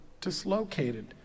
dislocated